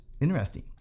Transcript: interesting